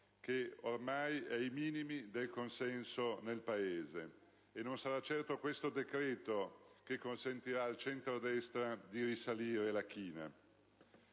che è ormai ai minimi del consenso nel Paese, e non sarà certo questo decreto che consentirà al centrodestra di risalire la china.